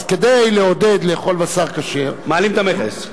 אז כדי לעודד לאכול בשר כשר, מעלים את המכס?